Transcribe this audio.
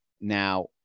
now